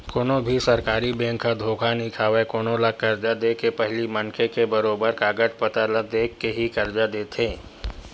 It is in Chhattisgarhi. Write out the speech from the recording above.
कोनो भी सरकारी बेंक ह धोखा नइ खावय कोनो ल करजा के देके पहिली मनखे के बरोबर कागज पतर ल देख के ही करजा देथे